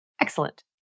Excellent